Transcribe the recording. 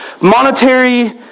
monetary